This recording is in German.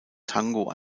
tango